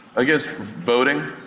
i guess voting.